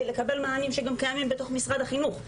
לקבל מענים שגם קיימים בתוך משרד החינוך.